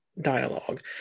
dialogue